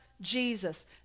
Jesus